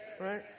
right